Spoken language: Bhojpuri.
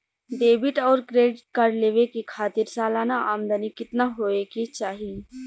डेबिट और क्रेडिट कार्ड लेवे के खातिर सलाना आमदनी कितना हो ये के चाही?